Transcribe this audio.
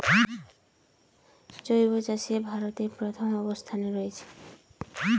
জৈব চাষে ভারত প্রথম অবস্থানে রয়েছে